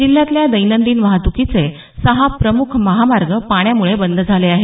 जिल्ह्यातल्या दैनंदिन वाहत्कीचे सहा प्रमुख महामार्ग पाण्यामुळे बंद झाले आहेत